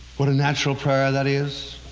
what a natural prayer that is